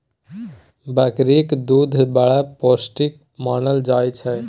बकरीक दुध बड़ पौष्टिक मानल जाइ छै